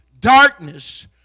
darkness